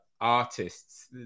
artists